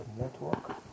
network